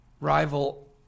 rival